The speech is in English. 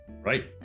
right